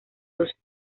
dos